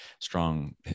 Strong